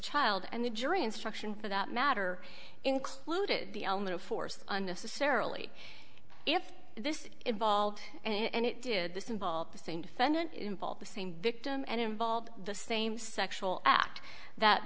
child and the jury instruction for that matter included the element of force unnecessarily if this involved and it did this involved the same defendant the same victim and involved the same sexual act that